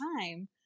time